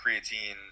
creatine